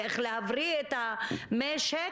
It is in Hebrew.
ואיך להבריא את המשק,